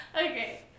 okay